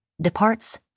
departs